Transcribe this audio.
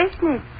Business